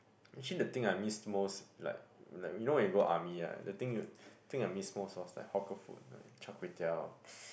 actually the thing I missed most like like you know when you go army ah the thing thing I miss most was like hawker food like char-kway-teow